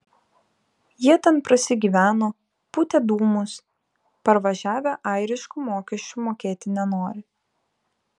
jie ten prasigyveno pūtė dūmus parvažiavę airiškų mokesčių mokėti nenori